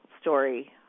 story